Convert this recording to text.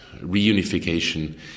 Reunification